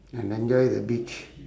and enjoy the beach